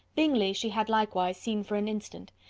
bingley, she had likewise seen for an instant,